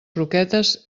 croquetes